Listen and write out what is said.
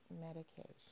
medication